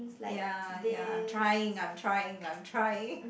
ya ya I'm trying I'm trying I'm trying